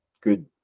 good